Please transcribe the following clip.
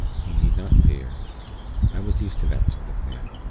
he need not fear i was used to that sort of thing.